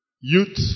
youth